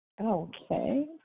Okay